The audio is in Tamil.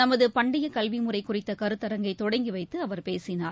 நமதுபண்டையகல்விமுறைகுறித்தகருத்தரங்கை தொடங்கிவைத்துஅவர் பேசினார்